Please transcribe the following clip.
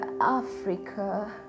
africa